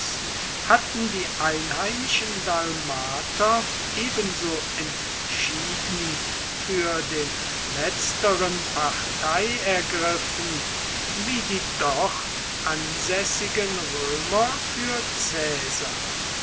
hatten die einheimischen dalmater ebenso entschieden für den letzteren partei ergriffen wie die dort ansässigen römer für